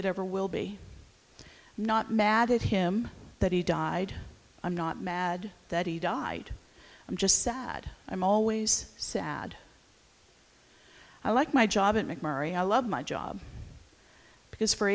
it ever will be not mad at him that he died i'm not mad that he died i'm just sad i'm always sad i like my job and mcmurray i love my job because for